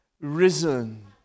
risen